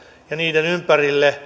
ja niiden ympärille